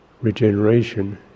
regeneration